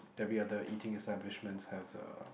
every other eating establishment has a